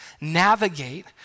navigate